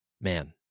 man